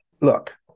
look